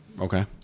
Okay